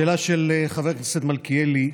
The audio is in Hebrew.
לשאלה של חבר הכנסת מלכיאלי,